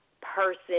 person